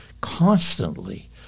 constantly